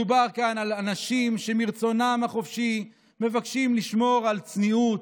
כאן מדובר על אנשים שמרצונם החופשי מבקשים לשמור על צניעות,